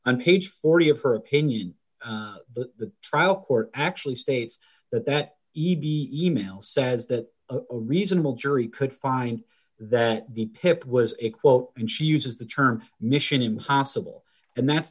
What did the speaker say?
on page forty of her opinion the trial court actually states that that e b e mail says that a reasonable jury could find that the pip was a quote and she uses the term mission impossible and that's